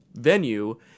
venue